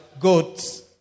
goats